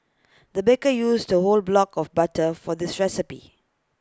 the baker used A whole block of butter for this recipe